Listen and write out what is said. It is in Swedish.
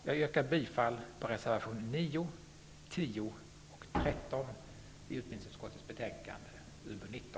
Jag yrkar bifall till reservationerna 9,